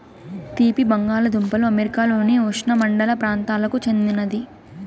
తీపి బంగాలదుంపలు అమెరికాలోని ఉష్ణమండల ప్రాంతాలకు చెందినది